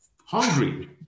hungry